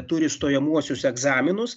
turi stojamuosius egzaminus